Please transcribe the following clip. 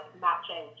matching